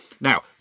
Now